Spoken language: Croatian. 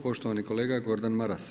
Poštovani kolega Gordan Maras.